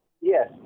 yes